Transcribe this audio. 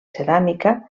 ceràmica